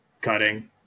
cutting